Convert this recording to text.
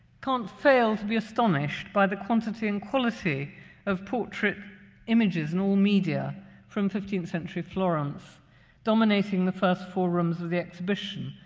can't fail to be astonished by the quantity and quality of portrait images and all media from fifteenth century florence dominating the first four rooms of the exhibition.